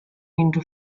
into